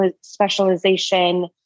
specialization